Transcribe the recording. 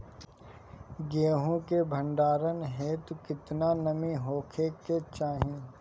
गेहूं के भंडारन हेतू कितना नमी होखे के चाहि?